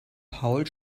paul